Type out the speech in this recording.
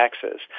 taxes